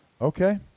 Okay